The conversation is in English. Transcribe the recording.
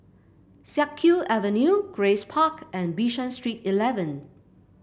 Siak Kew Avenue Grace Park and Bishan Street Eleven